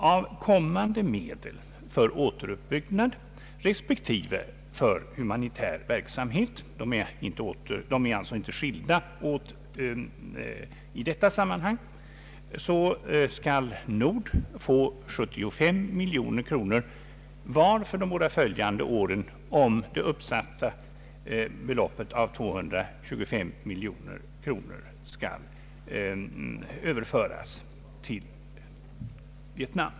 Av kommande medel för återupp byggnad respektive för humanitär verksamhet — de är alltså inte skilda åt i detta sammanhang — skall Nord få 75 miljoner kronor för vartdera av de båda följande åren, om det uppsatta beloppet 225 miljoner kronor skall överföras till Vietnam.